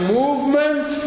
movement